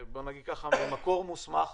ממקור מוסמך